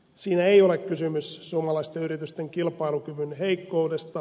siinä ei ole kysymys suomalaisten yritysten kilpailukyvyn heikkoudesta